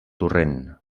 torrent